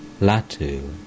Latu